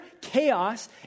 chaos